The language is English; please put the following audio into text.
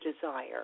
desire